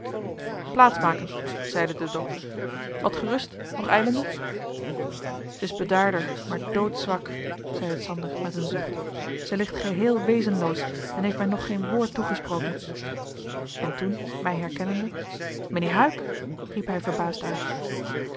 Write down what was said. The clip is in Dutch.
plaats maken zeide de dokter wat gerust nog ijlende zij is bedaarder maar doodzwak zeide sander met een zucht zij ligt geheel wezenloos en heeft mij nog geen woord toegesproken en toen mij herkennende mijnheer huyck riep hij verbaasd uit